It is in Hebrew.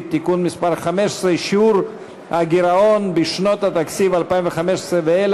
(תיקון מס' 15) (שיעור הגירעון בשנות התקציב 2015 ואילך